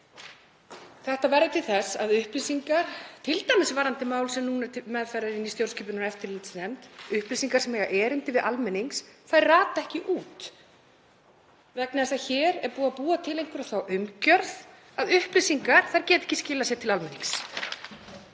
Þetta verður til þess að upplýsingar, t.d. varðandi mál sem nú er til meðferðar í stjórnskipunar- og eftirlitsnefnd, upplýsingar sem eiga erindi við almenning, rata ekki út vegna þess að hér er búið að búa til einhverja þá umgjörð að upplýsingar geti ekki skilað sér til almennings.